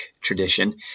tradition